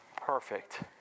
perfect